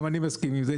גם אני מסכים עם זה.